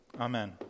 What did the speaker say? Amen